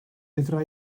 fedra